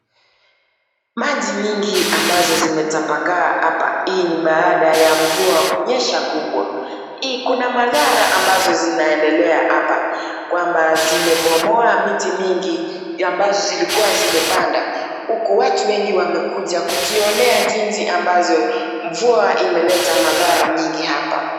Maji mingi ambazo zimetapakaa hapa, hii ni baada ya mvua kunyesha kubwa. Kuna madhara ambazo zinaendelea hapa kwamba zimebomoa miti mingi ambazo zilikuwa zimepanda huku watu wengi wamekuja kujionea jinsi ambazo mvua imeleta madhara mingi hapa.